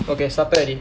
okay started already